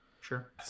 sure